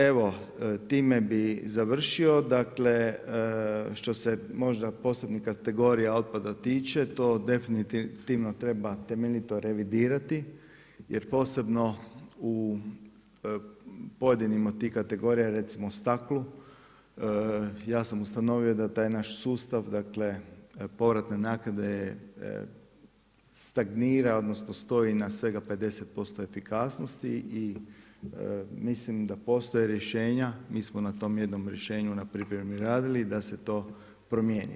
Evo, time bih završio, što se možda posebnih kategorija otpada tiče, to definitivno treba temeljito revidirati jer posebno u pojedinih tih kategorija recimo staklu, ja sam ustanovio da taj naš sustav povratne naknade stagnira, odnosno stoji na svega 50% efikasnosti i mislim da postoje rješenja, mi smo na tom jednom rješenju na pripremi, radili, da se to promijeni.